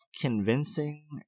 convincing